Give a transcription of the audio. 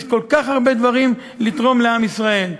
יש כל כך הרבה דברים לתרום לעם ישראל.